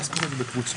ההסתייגות הבאה.